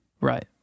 Right